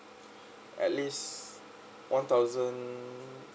at least one thousand